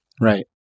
Right